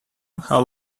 how